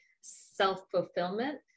self-fulfillment